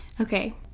Okay